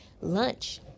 lunch